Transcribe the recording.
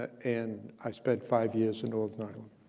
and i spent five years in northern ireland.